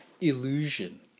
illusion